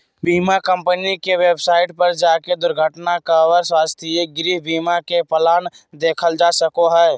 बीमा कम्पनी के वेबसाइट पर जाके दुर्घटना कवर, स्वास्थ्य, गृह बीमा के प्लान देखल जा सको हय